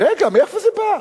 רגע, מאיפה זה בא?